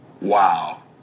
Wow